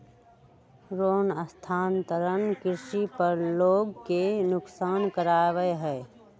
रोहन स्थानांतरण कृषि पर लोग के नुकसान करा हई